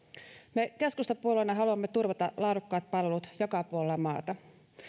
me keskustapuolueena haluamme turvata laadukkaat palvelut joka puolella maata